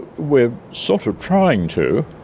we are sort of trying to.